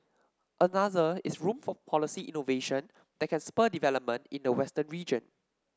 another is room for policy innovation that can spur development in the western region